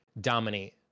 dominate